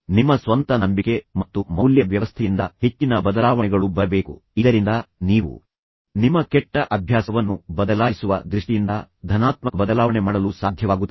ನಿಮ್ಮ ಸ್ವಂತ ನಂಬಿಕೆ ಮತ್ತು ಮೌಲ್ಯ ವ್ಯವಸ್ಥೆಯಿಂದ ಹೆಚ್ಚಿನ ಬದಲಾವಣೆಗಳು ಬರಬೇಕು ಇದರಿಂದ ನೀವು ನಿಮ್ಮ ಕೆಟ್ಟ ಅಭ್ಯಾಸವನ್ನು ಬದಲಾಯಿಸುವ ದೃಷ್ಟಿಯಿಂದ ಧನಾತ್ಮಕ ಬದಲಾವಣೆ ಮಾಡಲು ಸಾಧ್ಯವಾಗುತ್ತದೆ